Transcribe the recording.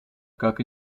как